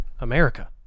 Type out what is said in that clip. america